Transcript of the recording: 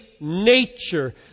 nature